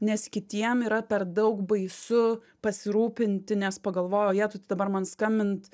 nes kitiem yra per daug baisu pasirūpinti nes pagalvojo jetu tai dabar man skambint